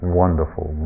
wonderful